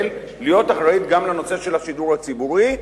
להיות אחראית גם לנושא של השידור הציבורי.